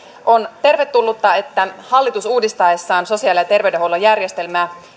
on tervetullutta että hallitus uudistaessaan sosiaali ja terveydenhuollon järjestelmää